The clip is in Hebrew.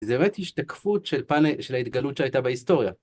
זה באמת השתקפות של ההתגלות שהייתה בהיסטוריה.